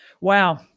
Wow